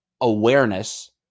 awareness